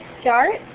start